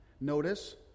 Notice